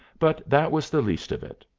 but that was the least of it.